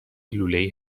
لولهای